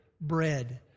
bread